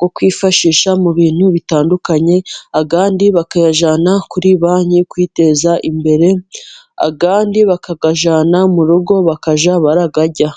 yo kwifashisha mu bintu bitandukanye, ayandi bakayajyana kuri banki kwiteza imbere, ayandi bakayajyana mu rugo bakajya barayarya.